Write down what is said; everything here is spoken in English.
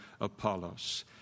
Apollos